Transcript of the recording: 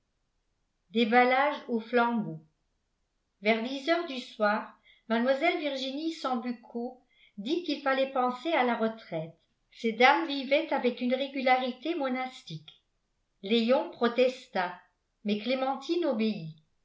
déballage aux flambeaux vers dix heures du soir mlle virginie sambucco dit qu'il fallait penser à la retraite ces dames vivaient avec une régularité monastique léon protesta mais clémentine obéit